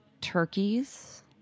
turkeys